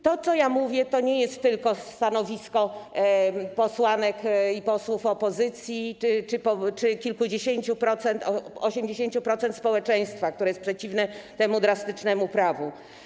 To, co mówię, to nie jest tylko stanowisko posłanek i posłów opozycji czy kilkudziesięciu procent, 80%, społeczeństwa, które jest przeciwne temu drastycznemu prawu.